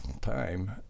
time